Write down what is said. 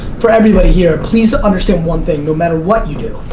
for everybody here, please understand one thing. no matter what you do,